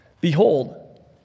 Behold